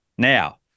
Now